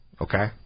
okay